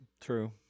True